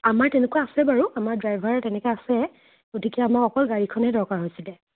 আমাৰ তেনেকুৱা আছে বাৰু আমাৰ ড্ৰাইভাৰ তেনেকৈ আছে গতিকে আমাৰ অকল গাড়ীখনে দৰকাৰ হৈছিলে